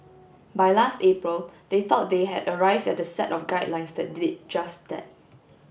by last April they thought they had arrived at a set of guidelines that did just that